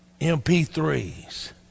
MP3s